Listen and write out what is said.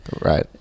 Right